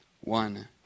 One